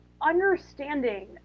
understanding